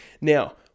Now